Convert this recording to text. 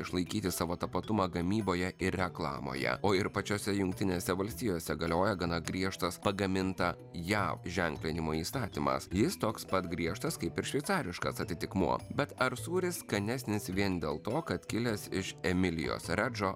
išlaikyti savo tapatumą gamyboje ir reklamoje o ir pačiose jungtinėse valstijose galioja gana griežtas pagaminta jav ženklinimo įstatymas jis toks pat griežtas kaip ir šveicariškas atitikmuo bet ar sūris skanesnis vien dėl to kad kilęs iš emilijos redžo